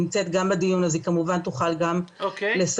נמצאת בדיון אז היא כמובן תוכל גם לספר